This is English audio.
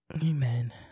Amen